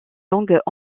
langues